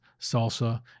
salsa